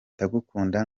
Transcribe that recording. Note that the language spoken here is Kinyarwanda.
ndagukunda